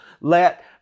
Let